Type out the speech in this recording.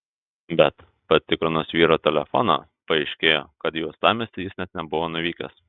bet patikrinus vyro telefoną paaiškėjo kad į uostamiestį jis net nebuvo nuvykęs